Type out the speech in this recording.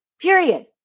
period